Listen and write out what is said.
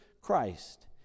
Christ